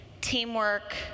teamwork